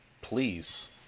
Please